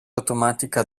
automatica